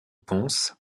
pons